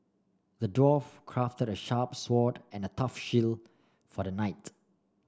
the dwarf crafted a sharp sword and a tough shield for the knight